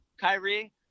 Kyrie